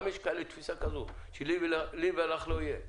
יש גם תפיסה כזאת, שלי ולך לא יהיה.